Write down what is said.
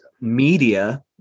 media